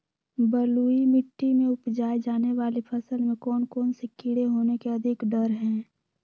बलुई मिट्टी में उपजाय जाने वाली फसल में कौन कौन से कीड़े होने के अधिक डर हैं?